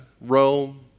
Rome